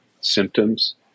symptoms